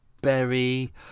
berry